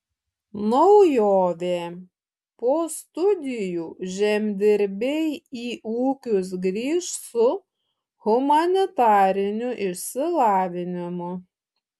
naujovė po studijų žemdirbiai į ūkius grįš su humanitariniu išsilavinimu